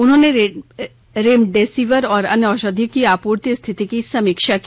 उन्होंने रेम्डेसिविर और अन्य औषधियों की आपूर्ति स्थिति की समीक्षा की